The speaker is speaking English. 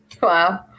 Wow